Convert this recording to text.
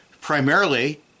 primarily